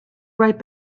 right